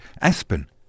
Aspen